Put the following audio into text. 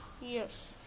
Yes